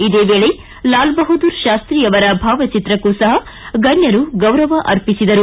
ಇದೇ ವೇಳೆ ಲಾಲ್ ಬಹದ್ದೂರ್ ಶಾಸ್ತಿ ಅವರ ಭಾವಚಿತ್ರಕ್ಕೂ ಸಹ ಗಣ್ಕರು ಗೌರವ ಅರ್ಪಿಸಿದರು